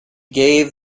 gave